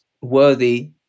worthy